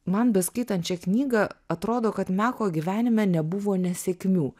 man beskaitant šią knygą atrodo kad meko gyvenime nebuvo nesėkmių